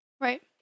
Right